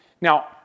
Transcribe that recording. Now